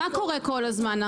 מה קורה כל הזמן?